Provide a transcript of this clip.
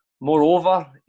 Moreover